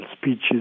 speeches